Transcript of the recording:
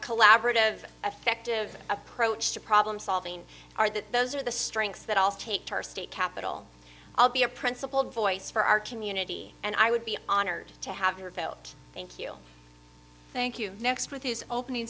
a collaborative effective approach to problem solving our that those are the strengths that i'll take our state capital i'll be a principal voice for our community and i would be honored to have your belt thank you thank you next with his opening